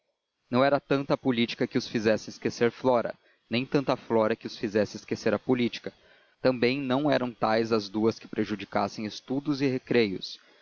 não era tanta a política que os fizesse esquecer flora nem tanta flora que os fizesse esquecer a política também não eram tais as duas que prejudicassem estudos e recreios